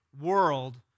world